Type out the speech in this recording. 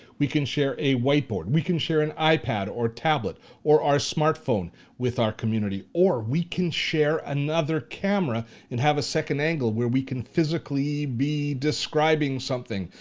we can share a whiteboard. we can share an ipad or tablet or our smartphone with our community. or we can share another camera and have a second angle where we can physically be describing something.